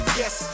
yes